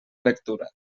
lectura